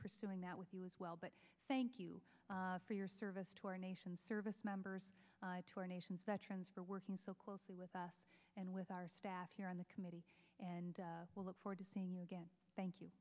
pursuing that with you as well but thank you for your service to our nation's service members to our nation's veterans for working so closely with us and with our staff here in the committee and we'll look forward to seeing you again thank you